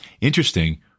Interesting